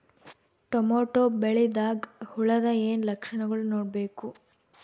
Tomato ಬೆಳಿದಾಗ್ ಹುಳದ ಏನ್ ಲಕ್ಷಣಗಳು ನೋಡ್ಬೇಕು?